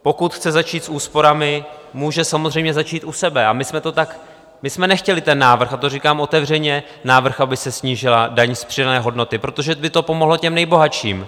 Pokud chce začít s úsporami, může samozřejmě začít u sebe, a my jsme to tak my jsme nechtěli ten návrh, a to říkám otevřeně, návrh, aby se snížila daň z přidané hodnoty, protože by to pomohlo těm nejbohatším.